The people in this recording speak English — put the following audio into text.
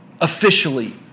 officially